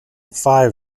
five